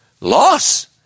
Loss